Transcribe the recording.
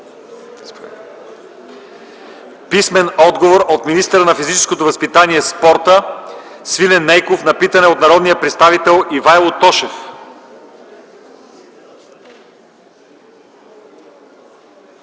писмен отговор от министъра на физическото възпитание и спорта Свилен Нейков на въпрос от народния представител Ивайло Тошев.